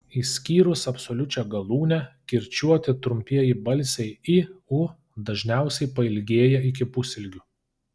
išskyrus absoliučią galūnę kirčiuoti trumpieji balsiai i u dažniausiai pailgėja iki pusilgių